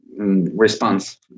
Response